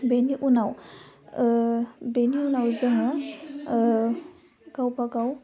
बेनि उनाव बेनि उनाव जोङो गावबा गाव